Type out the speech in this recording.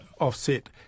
offset